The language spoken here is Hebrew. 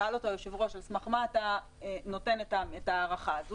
שאל אותו היושב-ראש על סמך מה הוא נותן את ההערכה שלו,